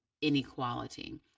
inequality